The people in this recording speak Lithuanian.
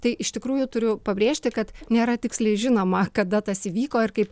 tai iš tikrųjų turiu pabrėžti kad nėra tiksliai žinoma kada tas įvyko ir kaip